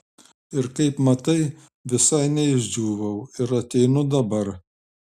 ir kaip matai visai neišdžiūvau ir ateinu dabar